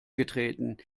getreten